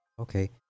Okay